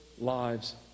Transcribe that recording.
lives